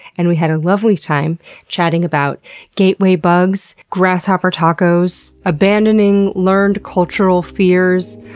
and we had a lovely time chatting about gateway bugs, grasshopper tacos, abandoning learned cultural fears,